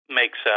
makes